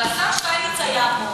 אבל השר שטייניץ היה פה,